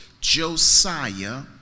Josiah